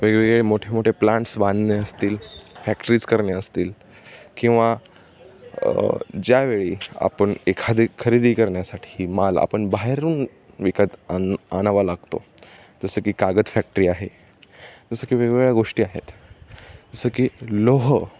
वेगवेगळे मोठे मोठे प्लांट्स बांधणे असतील फॅक्टरीज करणे असतील किंवा ज्यावेळी आपण एखादी खरेदी करण्यासाठी माल आपण बाहेरून विकत आन आणावा लागतो जसं की कागद फॅक्टरी आहे जसं की वेगवेगळ्या गोष्टी आहेत जसं की लोह